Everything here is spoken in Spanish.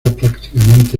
prácticamente